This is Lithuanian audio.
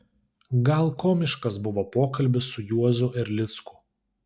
gal komiškas buvo pokalbis su juozu erlicku